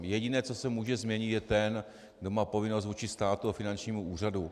Jediné, co se může změnit, je ten, kdo má povinnost vůči státu a finančnímu úřadu.